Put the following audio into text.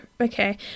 okay